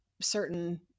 certain